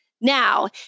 now